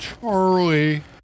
Charlie